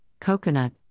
coconut